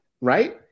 right